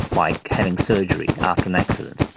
like having surgery after an accident.